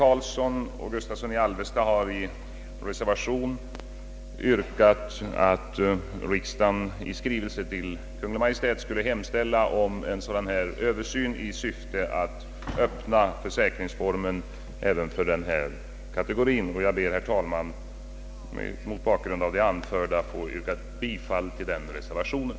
att göra försäkringsformen tillämplig även för hemmadöttrar. Jag ber, herr talman, att mot bakgrunden av det anförda få yrka bifall till den reservationen.